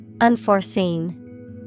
Unforeseen